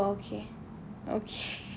oh okay okay